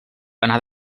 anar